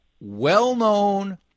well-known